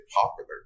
popular